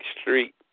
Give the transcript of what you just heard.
street